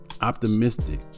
optimistic